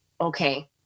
Okay